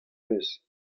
eus